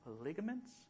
ligaments